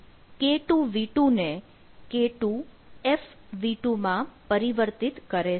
આથી k2 v2 ને k2f માં પરિવર્તિત કરે છે